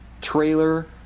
trailer